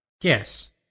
Yes